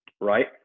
right